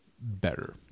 better